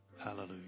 hallelujah